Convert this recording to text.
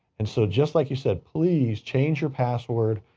and so just like you said, please change your password,